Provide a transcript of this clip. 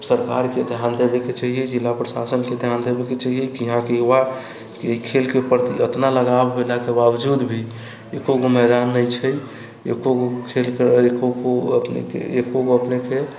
सरकारके ध्यान देबेके चाहियै जे जिला प्रशासनके ध्यान देबेके चाहियै कि यहाँके युवा ई खेलके प्रति इतना लगाव भेलाके बाबजूद भी एको गो मैदान नहि छै एको गो खेलके एको गो अपनेके